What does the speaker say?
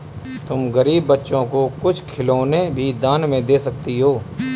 तुम गरीब बच्चों को कुछ खिलौने भी दान में दे सकती हो